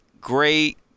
great